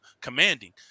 commanding